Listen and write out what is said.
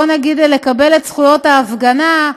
נגיד, לקבל את זכויות ההפגנה,